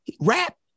rap